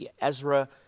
Ezra